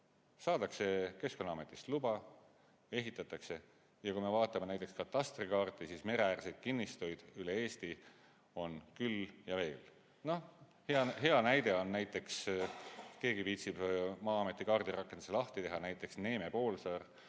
Saadakse Keskkonnaametist luba ja ehitatakse. Kui me vaatame näiteks katastrikaarti, siis mereäärseid kinnistuid üle Eesti on küll ja veel. Noh, hea näide on, kui keegi viitsib Maa-ameti kaardirakenduse lahti teha, Neeme või